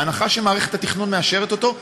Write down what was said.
בהנחה שמערכת התכנון מאשרת אותו,